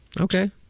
Okay